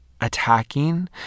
attacking